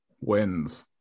wins